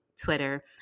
Twitter